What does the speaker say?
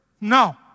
No